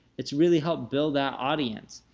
it's really helped build that audience.